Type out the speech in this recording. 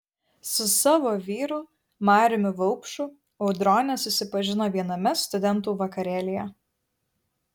su savo vyru mariumi vaupšu audronė susipažino viename studentų vakarėlyje